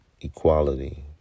Equality